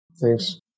Thanks